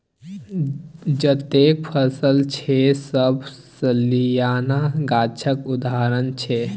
जतेक फसल छै सब सलियाना गाछक उदाहरण छै